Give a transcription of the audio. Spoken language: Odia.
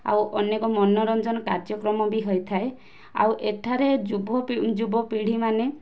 ଆଉ ଅନେକ ମନୋରଞ୍ଜନ କାର୍ଯ୍ୟକ୍ରମ ବି ହୋଇଥାଏ ଆଉ ଏଠାରେ ଯୁବ ଯୁବପିଢ଼ି ମାନେ